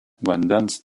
vandens